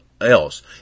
else